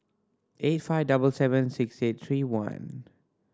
eight five double seven six eight three one